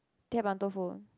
Tie Ban doufu